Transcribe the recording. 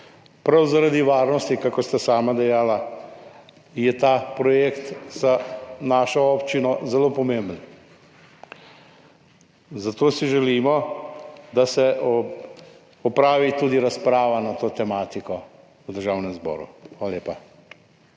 Prav zaradi varnosti, kakor ste sami dejali, je ta projekt za našo občino zelo pomemben, zato si želimo, da se opravi tudi razprava na to tematiko v Državnem zboru. Hvala lepa.